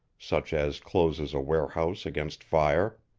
such as closes a warehouse against fire.